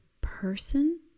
person